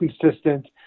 consistent